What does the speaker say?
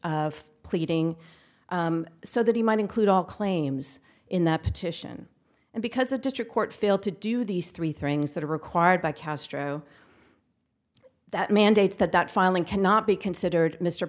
of pleading so that he might include all claims in the petition and because a district court failed to do these three things that are required by castro that mandates that that filing cannot be considered mr